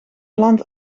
land